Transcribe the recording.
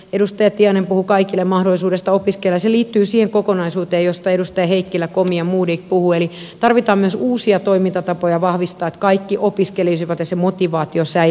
edustaja tiainen puhui kaikille mahdollisuudesta opiskella ja se liittyy siihen kokonaisuuteen josta edustajat heikkilä komi ja modig puhuivat eli tarvitaan myös uusia toimintatapoja vahvistamaan että kaikki opiskelisivat ja se motivaatio säilyisi